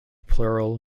plural